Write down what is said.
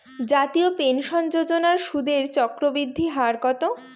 জাতীয় পেনশন যোজনার সুদের চক্রবৃদ্ধি হার কত?